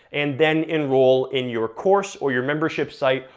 and then enroll in your course, or your membership site,